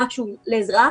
משהו לעזרה.